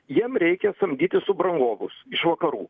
jiem reikia samdyti subrangovus iš vakarų